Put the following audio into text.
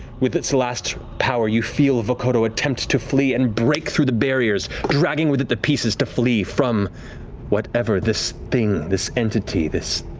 with its last power, you feel vokodo attempt to flee and break through the barriers, dragging with it the pieces to flee from whatever this thing, this entity, this